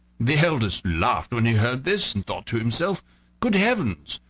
the eldest laughed when he heard this, and thought to himself good heavens!